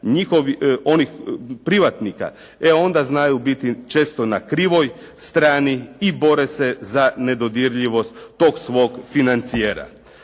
privatnika e onda znaju biti često na krivoj strani i bore se za nedodirljivost tog svog financijera.